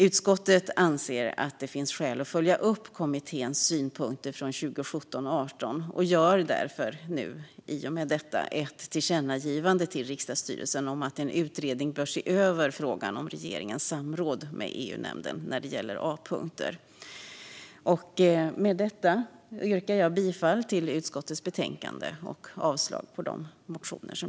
Utskottet anser att det finns skäl att följa upp kommitténs synpunkter från 2017/18 och gör i och med detta därför ett tillkännagivande till riksdagsstyrelsen om att en utredning bör se över frågan om regeringens samråd med EU-nämnden när det gäller A-punkter. Jag yrkar med detta bifall till utskottets förslag i betänkandet och avslag på motionerna.